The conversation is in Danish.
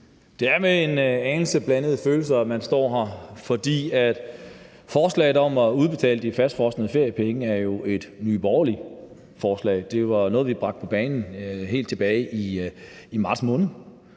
Det er med en anelse blandede følelser, at man står her, for forslaget om at udbetale de indefrosne feriepenge er jo et Nye Borgerlige-forslag. Det var noget, vi bragte på banen helt tilbage i marts måned,